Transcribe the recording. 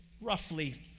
roughly